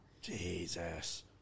jesus